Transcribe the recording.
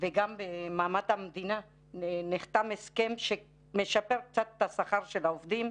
במעמד המדינה נחתם הסכם שמשפר קצת את השכר של העובדים,